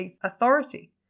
authority